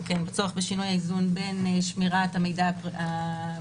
בצורך בשינוי האיזון בין שמירת המידע הפלילי